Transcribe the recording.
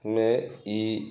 ई